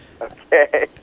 Okay